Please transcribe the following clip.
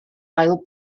ail